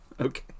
Okay